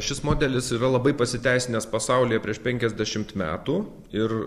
šis modelis yra labai pasiteisinęs pasaulyje prieš penkiasdešimt metų ir